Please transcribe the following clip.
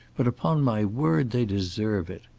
but upon my word they deserve it.